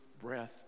breath